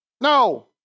No